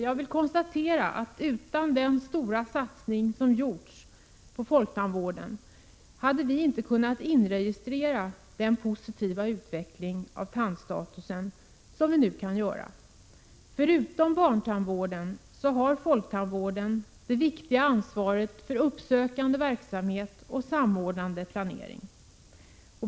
Jag vill konstatera att utan den stora satsning som gjorts på folktandvården hade vi inte haft den positiva utveckling av tandstatusen som vi nu kan inregistrera. Förutom för barntandvården har folktandvården det viktiga ansvaret för uppsökande verksamhet och samordnande planering.